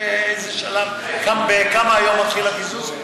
באיזה שלב, מכמה היום מתחיל הקיזוז?